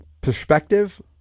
perspective